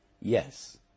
Yes